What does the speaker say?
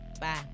Bye